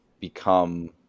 become